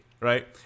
right